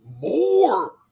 more